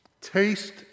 Taste